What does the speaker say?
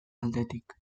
aldetik